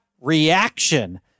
reaction